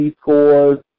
scores